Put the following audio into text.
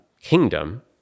kingdom